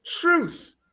truth